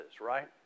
right